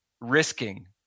risking